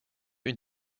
une